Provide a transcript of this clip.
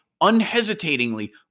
unhesitatingly